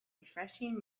refreshing